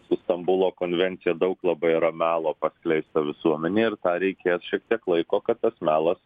su stambulo konvencija daug labai yra melo paskleista visuomenėj ir tą reikės šiek tiek laiko kad tas melas